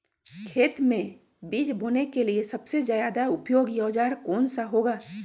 खेत मै बीज बोने के लिए सबसे ज्यादा उपयोगी औजार कौन सा होगा?